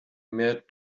mehr